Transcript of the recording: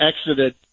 exited